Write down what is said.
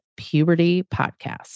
PUBERTYPODCAST